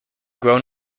grown